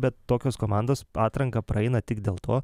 bet tokios komandos atranką praeina tik dėl to